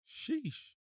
sheesh